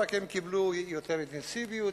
הם קיבלו יותר אינטנסיביות,